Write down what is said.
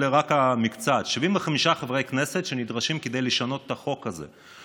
אלה רק מקצתם: 75 חברי כנסת נדרשים כדי לשנות את החוק הזה,